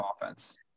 offense